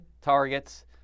targets